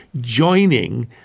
joining